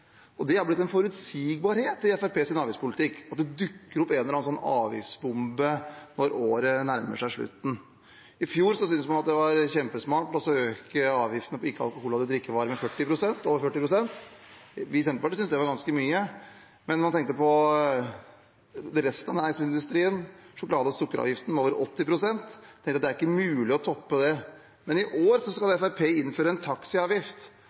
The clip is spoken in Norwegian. år? Det har blitt forutsigbart i Fremskrittspartiets avgiftspolitikk at det dukker opp en eller annen avgiftsbombe når året nærmer seg slutten. I fjor syntes man det var kjempesmart å øke avgiftene på ikke-alkoholholdige drikkevarer med over 40 pst. Vi i Senterpartiet syntes det var ganske mye. Og når vi så på resten av næringsmiddelindustrien – sjokolade- og sukkeravgiften var vel 80 pst. – tenkte vi at det ikke var mulig å toppe det. Men i år skal Fremskrittspartiet innføre en